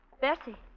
Bessie